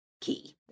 Key